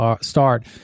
start